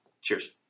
Cheers